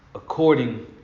According